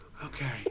okay